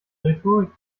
rhetorik